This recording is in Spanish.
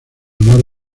honor